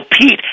Pete